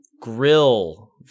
grill